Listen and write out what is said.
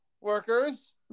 workers